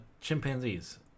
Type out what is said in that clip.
chimpanzees